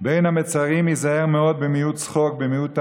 "בין המצרים ייזהר מאוד במיעוט שחוק במיעוט תענוג,